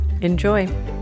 Enjoy